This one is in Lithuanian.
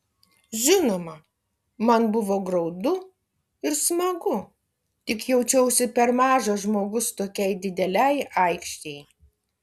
žinoma man buvo graudu ir smagu tik jaučiausi per mažas žmogus tokiai didelei aikštei